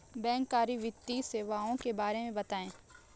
बैंककारी वित्तीय सेवाओं के बारे में बताएँ?